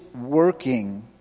working